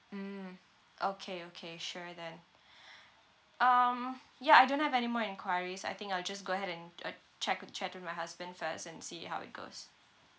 mm okay okay sure then um ya I don't have anymore enquiries I think I'll just go ahead and check chat with my husband first and see how it goes